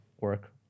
work